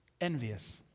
envious